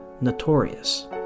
notorious